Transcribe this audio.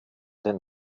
den